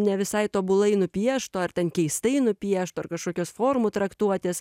ne visai tobulai nupiešto ar ten keistai nupiešto ar kažkokios formų traktuotės